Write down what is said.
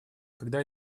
когда